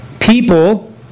People